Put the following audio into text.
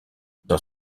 dans